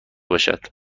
باشد